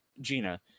Gina